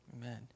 Amen